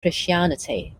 christianity